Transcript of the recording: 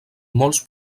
molts